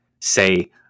say